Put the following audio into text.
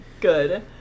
good